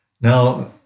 Now